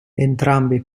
entrambi